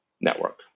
network